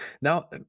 Now